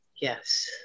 yes